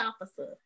officer